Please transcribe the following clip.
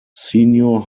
senior